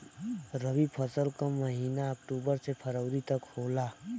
रवी फसल क महिना अक्टूबर से फरवरी तक होला